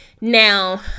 Now